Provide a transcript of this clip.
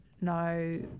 no